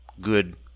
good